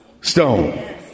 stone